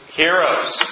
heroes